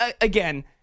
again